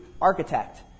architect